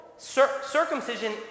circumcision